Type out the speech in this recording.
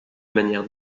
manière